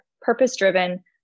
purpose-driven